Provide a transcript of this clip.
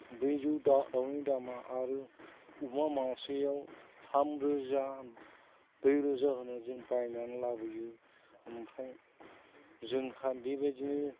ब्रैजौ दाउ दाउनि दामआ आरो अमा मासेयाव थाम रोजा ब्रै रोजा जों बायनानै लाबोयो ओमफ्राय जोंहा बेबायदिनो